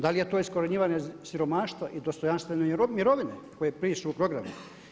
Da li je to iskorjenjivanje siromaštva i dostojanstvene mirovine koje pišu u programu?